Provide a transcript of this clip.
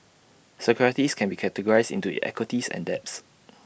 securities can be categorized into equities and debts